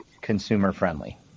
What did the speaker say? consumer-friendly